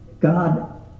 God